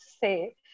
say